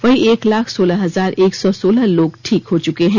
वहीं एक लाख सोलह हजार एक सौ सोलह ठीक भी हो चुके हैं